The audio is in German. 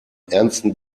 ernsten